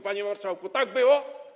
Panie marszałku, tak było?